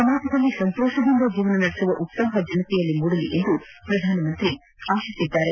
ಸಮಾಜದಲ್ಲಿ ಸಂತೋಷದಿಂದ ಜೀವನ ನಡೆಸುವ ಉತ್ಲಾಹ ಜನತೆಯಲ್ಲಿ ಮೂಡಲಿ ಎಂದು ಪ್ರಧಾನಿ ಆಶಿಸಿದ್ದಾರೆ